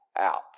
out